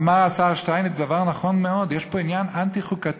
אמר השר שטייניץ דבר נכון מאוד: יש פה עניין אנטי-חוקתי.